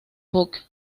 book